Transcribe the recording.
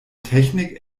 technik